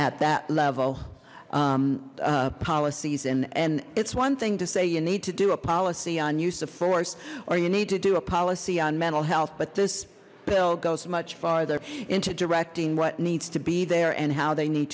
at that level policies and and it's one thing to say you need to do a policy on use of force or you need to do a policy on mental health but this bill goes much farther into directing what needs to there and how they need